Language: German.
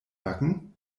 backen